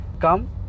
come